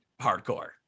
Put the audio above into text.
hardcore